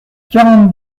quarante